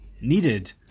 needed